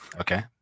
Okay